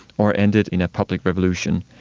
or ended in a public revolution.